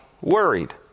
worried